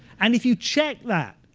and if you check that,